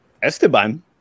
Esteban